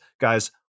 guys